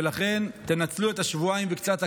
ולכן תנצלו את השבועיים וקצת הקרובים.